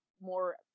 more